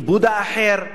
כיבוד האחר.